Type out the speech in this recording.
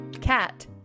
Cat